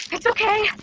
it's okay,